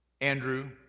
Andrew